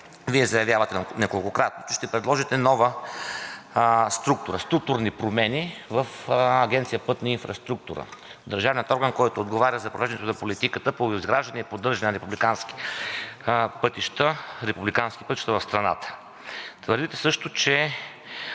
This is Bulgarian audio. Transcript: заявявате неколкократно, че ще предложите нова структура, структурни промени в Агенция „Пътна инфраструктура“ – държавният орган, който отговаря за провеждането на политиката по изграждане и поддържане на републикански пътища в страната. Твърдите също, че